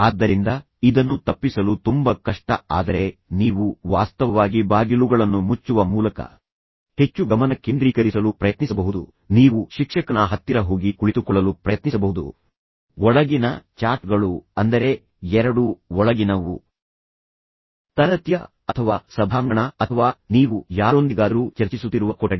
ಆದ್ದರಿಂದ ಇದನ್ನು ತಪ್ಪಿಸಲು ತುಂಬ ಕಷ್ಟ ಆದರೆ ನೀವು ವಾಸ್ತವವಾಗಿ ಬಾಗಿಲುಗಳನ್ನು ಮುಚ್ಚುವ ಮೂಲಕ ಹೆಚ್ಚು ಗಮನ ಕೇಂದ್ರೀಕರಿಸಲು ಪ್ರಯತ್ನಿಸಬಹುದು ನೀವು ಶಿಕ್ಷಕನ ಹತ್ತಿರ ಹೋಗಿ ಕುಳಿತುಕೊಳ್ಳಲು ಪ್ರಯತ್ನಿಸಬಹುದು ಒಳಗಿನ ಚಾಟ್ಗಳು ಅಂದರೆ ಎರಡೂ ಒಳಗಿನವು ತರಗತಿಯ ಅಥವಾ ಸಭಾಂಗಣ ಅಥವಾ ನೀವು ಯಾರೊಂದಿಗಾದರೂ ಚರ್ಚಿಸುತ್ತಿರುವ ಕೊಠಡಿ